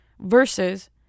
Versus